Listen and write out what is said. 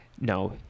No